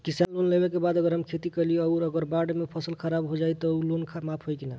किसान लोन लेबे के बाद अगर हम खेती कैलि अउर अगर बाढ़ मे फसल खराब हो जाई त लोन माफ होई कि न?